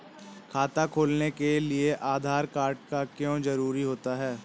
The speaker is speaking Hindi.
खाता खोलने के लिए आधार कार्ड क्यो जरूरी होता है?